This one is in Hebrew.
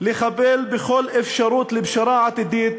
לחבל בכל אפשרות לפשרה עתידית